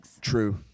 True